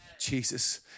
Jesus